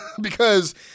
because-